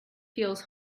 feels